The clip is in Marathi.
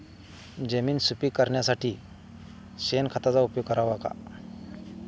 जमीन सुपीक करण्यासाठी शेणखताचा उपयोग करावा का?